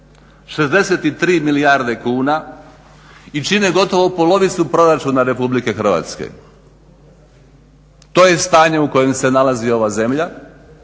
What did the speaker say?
63 milijarde kuna i čine gotovo polovicu Proračuna RH. To je stanje u kojem se nalazi ova zemlja